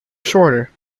shorter